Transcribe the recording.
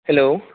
hello